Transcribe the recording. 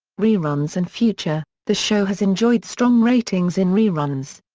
reruns and future the show has enjoyed strong ratings in reruns.